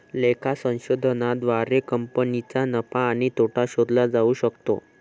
लेखा संशोधनाद्वारे कंपनीचा नफा आणि तोटा शोधला जाऊ शकतो